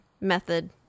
method